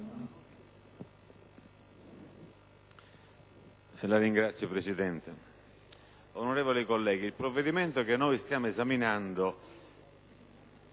La ringrazio, Presidente,